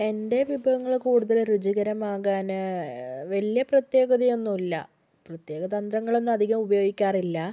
എൻ്റെ വിഭവങ്ങൾ കൂടുതൽ രുചികരമാകാൻ വലിയ പ്രത്യേകത ഒന്നും ഇല്ലാ പ്രത്യേക തന്ത്രങ്ങളൊന്നും അധികം ഉപയോഗിക്കാറില്ലാ